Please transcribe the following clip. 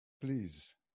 Please